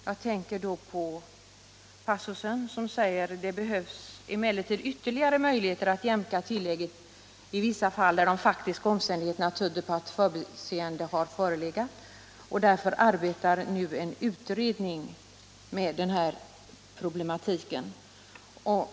Jag tänker på den passus där det står: ”Det behövs emellertid ytterligare möjligheter att jämka tillägget i vissa fall där de faktiska omständigheterna tyder på att förbiseende har förelegat.” Därför arbetar nu en utredning med denna problematik.